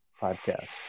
podcast